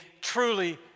truly